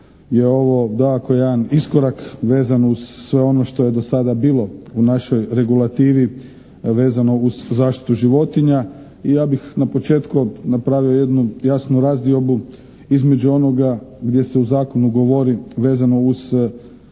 dakako jedan iskorak vezan uz sve ono što je do sada bilo u našoj regulativi vezano uz zaštitu životinja i ja bih na početku napravio jednu jasnu razdiobu između onoga gdje se u Zakonu govori vezano uz kućne